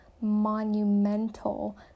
monumental